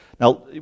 Now